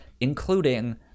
including